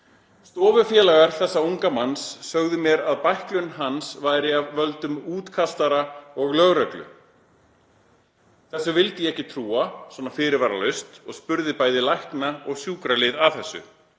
Stofufélagar þessa unga manns sögðu mér að bæklun hans væri af völdum útkastara og lögreglu. Þessu vildi ég þá ekki trúa svona fyrirvaralaust og spurði bæði lækna og sjúkralið að þessu.